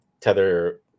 Tether